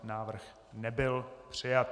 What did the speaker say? Návrh nebyl přijat.